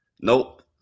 Nope